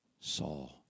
Saul